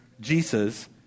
Jesus